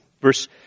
Verse